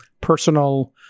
personal